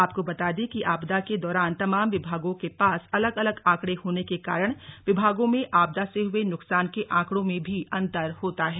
आपको बता दें कि आपदा के दौरान तमाम विभागों के पास अलग अलग आंकड़े होने के कारण विभागों में आपदा से हुए नुकसान के आंकड़ों में भी अन्तर होता है